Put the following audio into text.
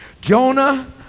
Jonah